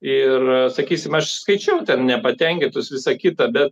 ir sakysim aš skaičiau ten nepatenkintus visa kita be